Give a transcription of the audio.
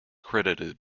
credited